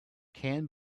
can